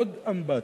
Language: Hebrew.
עוד אמבטיה.